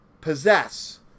possess